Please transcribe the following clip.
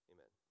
Amen